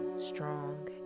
strong